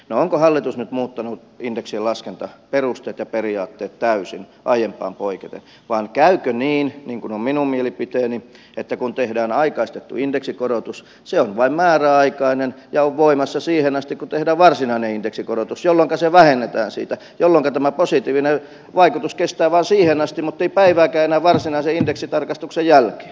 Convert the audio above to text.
no onko hallitus nyt muuttanut indeksien laskentaperusteet ja periaatteet täysin aiempaan poiketen vaan käykö niin niin kuin on minun mielipiteeni että kun tehdään aikaistettu indeksikorotus se on vain määräaikainen ja on voimassa siihen asti kun tehdään varsinainen indeksikorotus jolloinka se vähennetään siitä jolloin ka tämä positiivinen vaikutus kestää vain siihen asti muttei päivääkään enää varsinaisen indeksitarkistuksen jälkeen